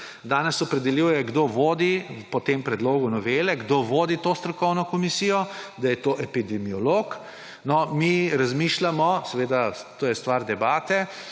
danes opredeljuje po tem predlogu novele, kdo vodi to strokovno komisijo, da je to epidemiolog. Mi razmišljamo, to je stvar debate,